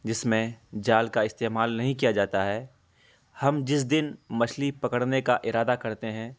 جس میں جال کا استعمال نہیں کیا جاتا ہے ہم جس دن مچھلی پکڑنے کا ارادہ کرتے ہیں